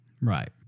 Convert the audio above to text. Right